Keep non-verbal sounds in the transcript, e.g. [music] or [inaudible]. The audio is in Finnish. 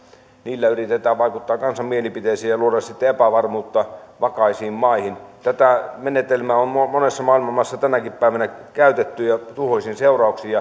niillä yritetään vaikuttaa kansan mielipiteeseen ja luoda epävarmuutta vakaisiin maihin tätä menetelmää on monessa maailman maassa tänäkin päivänä käytetty ja tuhoisin seurauksin [unintelligible]